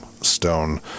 stone